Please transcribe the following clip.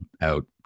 out